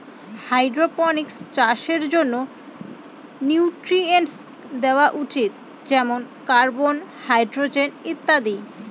hydroponics চাষের জন্য nutrients দেওয়া উচিত যেমন কার্বন, হাইড্রজেন ইত্যাদি